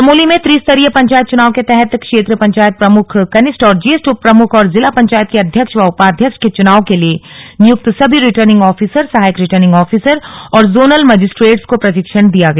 चमोली में त्रिस्तरीय पंचायत चुनाव के तहत क्षेत्र पंचायत प्रमुख कनिष्ठ और ज्येष्ठ उप प्रमुख और जिला पंचायत के अध्यक्ष व उपाध्यक्ष के चुनाव के लिए नियुक्त सभी रिटर्निंग आफिसर सहायक रिटर्निंग आफिसर और जोनल मजिस्ट्रेट्स को प्रशिक्षण दिया गया